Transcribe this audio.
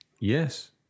Yes